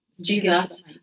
Jesus